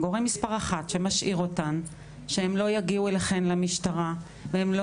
הגורם מספר אחת שמשאיר אותן והן לא יגיעו אליכם למשטרה והן לא